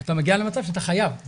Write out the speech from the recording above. אתה מגיע למצב שאתה חייב.